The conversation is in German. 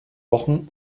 wochen